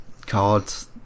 cards